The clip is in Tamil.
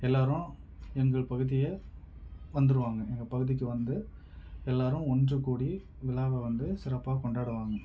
எல்லோரும் எங்கள் பகுதியை வந்துடுவாங்க எங்கள் பகுதிக்கு வந்து எல்லோரும் ஒன்று கூடி விழாவ வந்து சிறப்பாக கொண்டாடுவாங்க